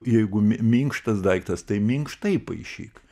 jeigu minkštas daiktas tai minkštai paišyk